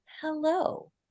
Hello